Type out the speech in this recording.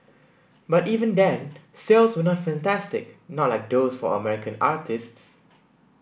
but even then sales were not fantastic not like those for American artistes